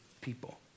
people